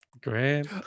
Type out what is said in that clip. great